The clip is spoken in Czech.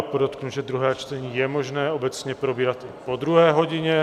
Podotknu, že druhé čtení je možné obecně probírat po druhé hodině.